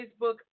Facebook